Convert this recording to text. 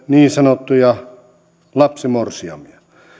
niin sanottuja lapsimorsiamia